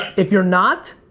if you're not,